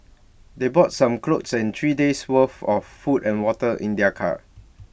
they brought some clothes and three days' worth of food and water in their car